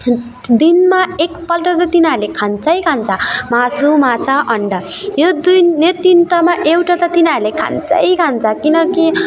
दिनमा एक पल्ट त तिनीहरूले खान्छै खान्छ मासु माछा अन्डा यो दुई यो तिनवटामा एउटा त तिनीहरूले खान्छै खान्छ किनकि